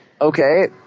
Okay